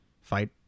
fight